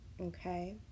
Okay